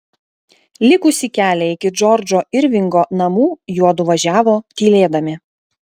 likusį kelią iki džordžo irvingo namų juodu važiavo tylėdami